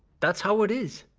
that's how it is.